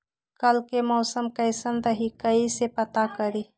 कल के मौसम कैसन रही कई से पता करी?